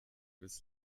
bis